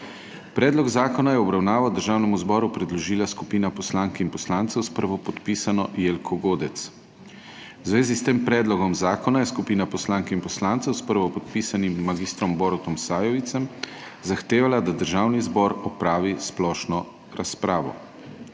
Predlog zakona je v obravnavo Državnemu zboru predložila skupina poslank in poslancev s prvopodpisano Jelko Godec. V zvezi s tem predlogom zakona je skupina poslank in poslancev s prvopodpisanim mag. Borutom Sajovicem zahtevala, da Državni zbor opravi splošno razpravo.